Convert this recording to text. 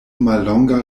mallonga